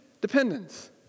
dependence